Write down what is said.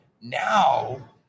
now